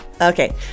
Okay